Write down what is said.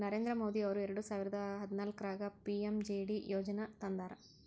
ನರೇಂದ್ರ ಮೋದಿ ಅವರು ಎರೆಡ ಸಾವಿರದ ಹದನಾಲ್ಕರಾಗ ಪಿ.ಎಮ್.ಜೆ.ಡಿ ಯೋಜನಾ ತಂದಾರ